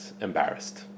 embarrassed